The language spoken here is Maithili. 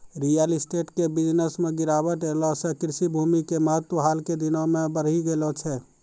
रियल स्टेट के बिजनस मॅ गिरावट ऐला सॅ कृषि भूमि के महत्व हाल के दिनों मॅ बढ़ी गेलो छै